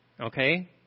okay